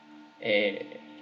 eh